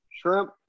shrimp